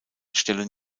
stellen